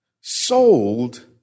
sold